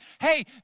hey